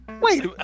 wait